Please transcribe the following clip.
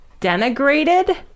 Denigrated